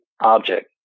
object